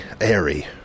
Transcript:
airy